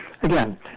again